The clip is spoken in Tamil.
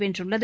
வென்றுள்ளது